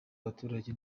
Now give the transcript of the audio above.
abaturage